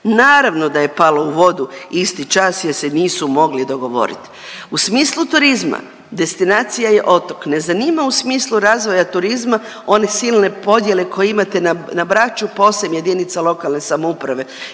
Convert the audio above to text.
naravno da je palo u vodu isti čas jer se nisu mogli dogovorit. U smislu turizma destinacija je otok, ne zanima u smislu razvoja turizma one silne podjele koje imate na Braču po 8 jedinica lokalne samouprave